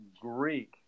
greek